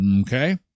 Okay